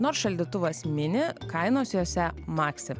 nors šaldytuvas mini kainos jose maksą